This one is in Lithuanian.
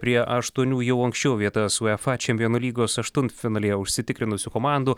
prie aštuonių jau anksčiau vietas uefa čempionų lygos aštuntfinalyje užsitikrinusių komandų